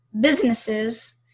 businesses